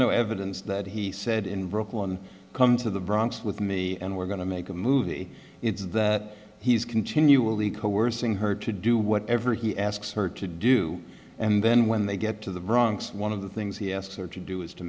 no evidence that he said in brooklyn come to the bronx with me and we're going to make a movie it's that he's continually coercing her to do whatever he asks her to do and then when they get to the bronx one of the things he asks her to do is to